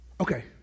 Okay